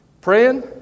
praying